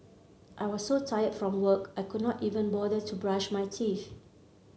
I was so tired from work I could not even bother to brush my teeth